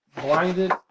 blinded